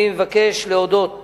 אני מבקש להודות